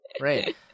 Right